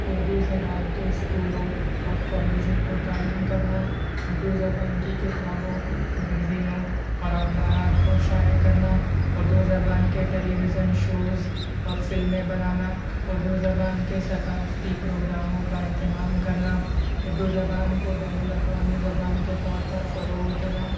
اردو زبان کے اسکولوں اور کالجوں کو قائم کرنا اردو زبان کی کتابوں میگزینوں اور اخبارات کو شائع کرنا اردو زبان کے ٹیلی ویژن شوزاور فلمیں بنانا اردو زبان کے ثقافتی پروگراموں کا اہتمام کرنا اردو زبان کو بین الاقوامی زبان کے طور پر فروغ دینا